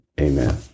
Amen